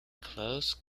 close